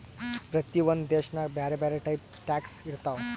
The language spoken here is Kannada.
ಪ್ರತಿ ಒಂದ್ ದೇಶನಾಗ್ ಬ್ಯಾರೆ ಬ್ಯಾರೆ ಟೈಪ್ ಟ್ಯಾಕ್ಸ್ ಇರ್ತಾವ್